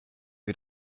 wir